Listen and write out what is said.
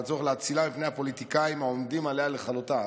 הצורך להצילה בפני הפוליטיקאים העומדים עליה לכלותה,